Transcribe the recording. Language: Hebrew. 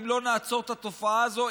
אם לא נעצור את התופעה הזאת,